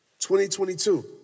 2022